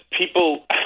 people